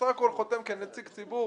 שבסך הכול הוא חותם כנציג ציבור